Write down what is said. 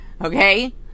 okay